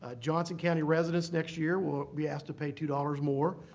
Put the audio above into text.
ah johnson county residents next year will be asked to pay two dollars more,